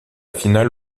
finale